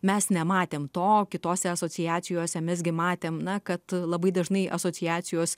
mes nematėm to kitose asociacijose mes gi matėm na kad labai dažnai asociacijos